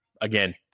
again